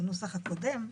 בנוסח הקודם.